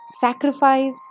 sacrifice